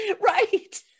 Right